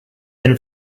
been